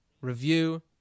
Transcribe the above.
review